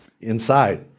Inside